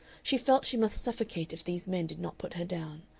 she felt she must suffocate if these men did not put her down,